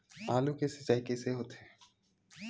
आलू के सिंचाई कइसे होथे?